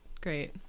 great